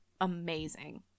amazing